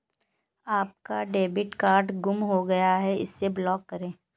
आपका debit card गुम हो गया है इसे ब्लॉक करें